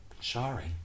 Sorry